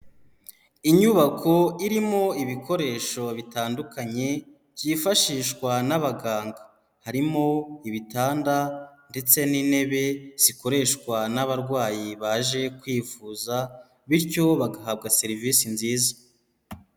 Inyubako irimo ibikoresho bitandukanye byifashishwa n'abaganga, harimo ibitanda ndetse n'intebe zikoreshwa n'abarwayi baje kwivuza bityo bagahabwa serivisi nziza.